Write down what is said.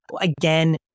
Again